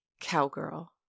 cowgirl